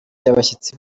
abashyitsi